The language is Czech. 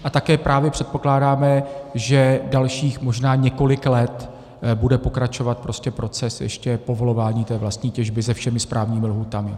A také právě předpokládáme, že dalších možná několik let bude pokračovat prostě proces ještě povolování té vlastní těžby se všemi správnými lhůtami.